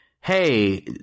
hey